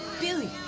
Billy